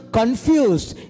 confused